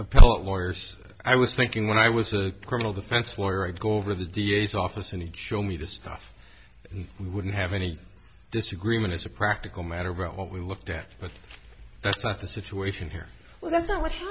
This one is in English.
appellate lawyers i was thinking when i was a criminal defense lawyer i'd go over the d a s office and show me the stuff and we wouldn't have any disagreement as a practical matter about what we looked at but that's not the situation here well that's